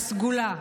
ה"סגולה".